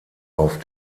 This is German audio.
auf